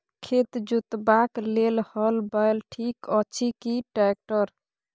खेत जोतबाक लेल हल बैल ठीक अछि की ट्रैक्टर?